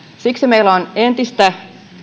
siksi meillä on entistä